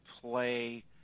play